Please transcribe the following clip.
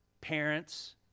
Parents